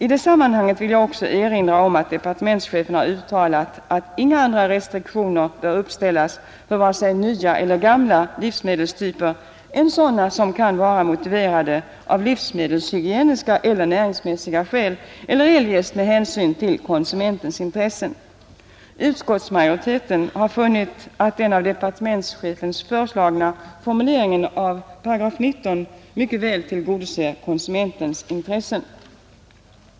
I det sammanhanget vill jag också erinra om att departementschefen uttalat att inga andra restriktioner bör uppställas för vare sig nya eller gamla livsmedelstyper än sådana som kan motiveras av livsmedelshygieniska eller näringsmässiga skäl eller eljest med hänsyn till konsumentens intressen. Utskottsmajoriteten har funnit att den av departementschefen föreslagna formuleringen av 19§ mycket väl tillgodoser konsumentens intressen.